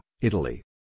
Italy